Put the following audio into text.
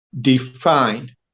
define